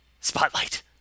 Spotlight